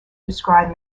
describe